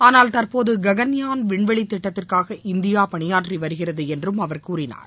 ஆளால் தற்போது ககள்யான் வின்வெளி திட்டத்திற்காக இந்தியா பணியாற்றி வருகிறது என்றும் அவர் கூறினார்